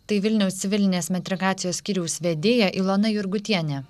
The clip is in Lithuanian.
tai vilniaus civilinės metrikacijos skyriaus vedėja ilona jurgutienė